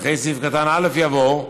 אחרי סעיף קטן (א) יבוא: